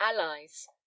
allies